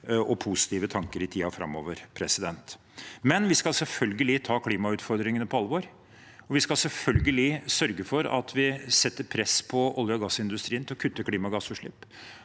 og positive tanker i tiden framover. Men vi skal selvfølgelig ta klimautfordringene på alvor. Vi skal selvfølgelig sørge for at vi legger press på oljeog gassindustrien for å kutte klimagassutslipp.